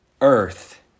earth